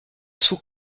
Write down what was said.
sous